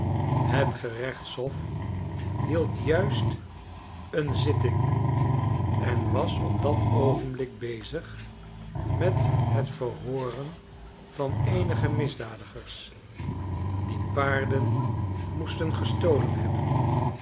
het gerechtsbof hield juist een zitting en was op dat oogenblik bezig met het verhooren van eenige misdadigers die paarden moesten gestolen hebben